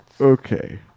Okay